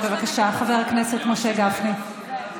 בבקשה, חבר הכנסת משה גפני.